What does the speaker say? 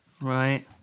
Right